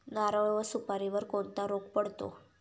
नारळ व सुपारीवर कोणता रोग पडतो?